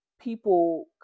people